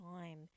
time